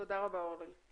תודה רבה, אורלי.